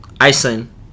iceland